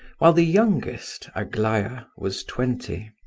while the youngest, aglaya, was twenty.